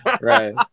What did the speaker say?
right